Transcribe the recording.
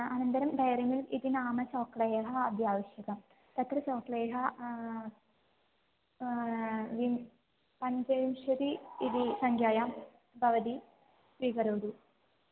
अनन्तरं Dairy Milk इति नाम्नः चाकलेहः अपि आवश्यकं तत्र चाकलेहः विं पञ्चविंशतिः इति सङ्ख्यायां भवति स्वीकरोतु